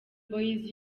boyz